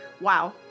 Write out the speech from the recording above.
wow